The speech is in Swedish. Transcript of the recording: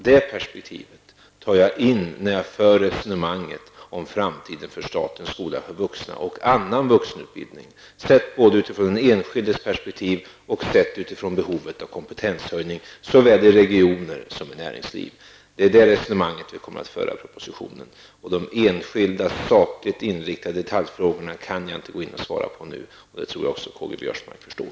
Det perspektivet tar jag in när jag för resonemanget om framtiden för statens skola för vuxna och annan vuxenutbildning. Dessa frågor skall ses utifrån den enskildes perspektiv och utifrån behovet av kompetenshöjning såväl i regioner som i näringslivet. Det resonemanget kommer att föras i propositionen. De enskilda, sakligt inriktade detaljfrågorna kan jag inte gå in och svara på nu. Det tror jag också att Karl-Göran Biörsmark förstår.